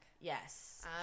Yes